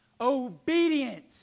Obedient